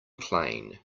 playing